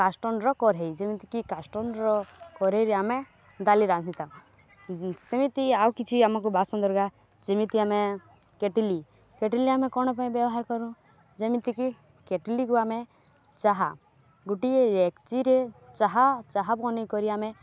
କାଷ୍ଟନ୍ର କରେଇ ଯେମିତିକି କାଷ୍ଟନ୍ର କରେଇରେ ଆମେ ଡ଼ାଲି ରାନ୍ଧିଥାଉ ସେମିତି ଆଉ କିଛି ଆମକୁ ବାସନ ଦରଗା ଯେମିତି ଆମେ କେଟିଲି କେଟିଲି ଆମେ କ'ଣ ପାଇଁ ବ୍ୟବହାର କରୁ ଯେମିତିକି କେଟିଲିକୁ ଆମେ ଚାହା ଗୋଟିଏ ରେକ୍ଚିରେ ଚାହା ଚାହା ବନେଇ କରି ଆମେ